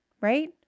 right